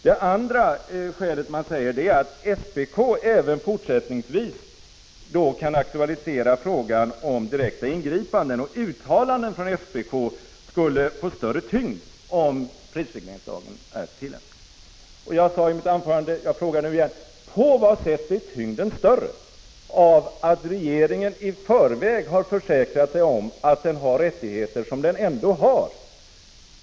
Det andra argumentet som anförs är att SPK även fortsättningsvis kan aktualisera frågan om direkta ingripanden och att uttalanden från SPK får större tyngd om prisregleringslagen är tillämplig. I mitt förra anförande frågade jag — och jag frågar igen — på vilket sätt tyngden blir större av att regeringen i förväg har försäkrat sig om att den har rättigheter som den ju ändå har.